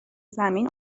زمین